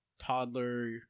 Toddler